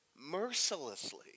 mercilessly